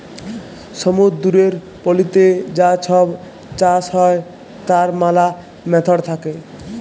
সমুদ্দুরের পলিতে যা ছব চাষ হ্যয় তার ম্যালা ম্যাথড থ্যাকে